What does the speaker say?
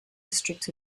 district